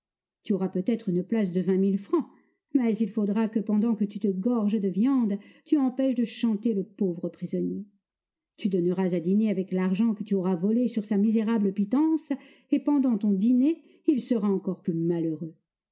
tu auras peut-être une place de vingt mille francs mais il faudra que pendant que tu te gorges de viandes tu empêches de chanter le pauvre prisonnier tu donneras à dîner avec l'argent que tu auras volé sur sa misérable pitance et pendant ton dîner il sera encore plus malheureux